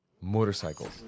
motorcycles